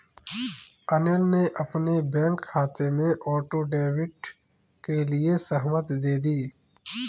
अनिल ने अपने बैंक खाते में ऑटो डेबिट के लिए सहमति दे दी